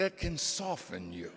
that can soften you